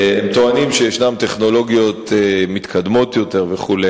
הם טוענים שיש טכנולוגיות מתקדמות יותר וכו'.